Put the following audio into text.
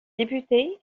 députés